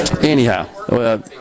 Anyhow